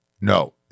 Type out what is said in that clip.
No